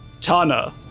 Tana